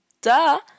Duh